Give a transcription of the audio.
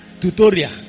tutorial